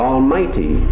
Almighty